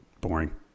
boring